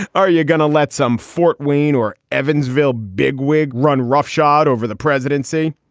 are you gonna let some fort wayne or evansville bigwig run roughshod over the presidency?